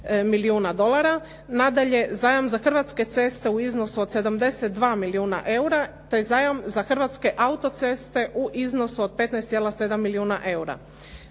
milijuna dolara. Nadalje, zajam za hrvatske ceste u iznosu od 72 milijuna eura, to je zajam za Hrvatske autoceste u iznosu od 15,7 milijuna eura.